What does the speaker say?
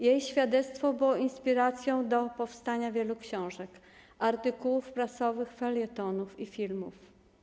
Jej świadectwo było inspiracją do powstania wielu książek, artykułów prasowych, felietonów i filmów.